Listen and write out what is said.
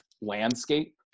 landscape